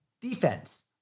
defense